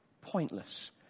pointless